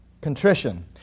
contrition